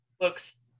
looks